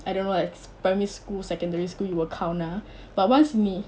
I don't know leh primary school secondary school you will count ah but once 你